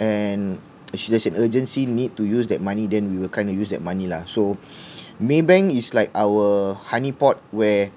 and she has an urgency need to use that money then we will kind of use that money lah so Maybank is like our honey pot where